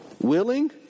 willing